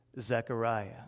Zechariah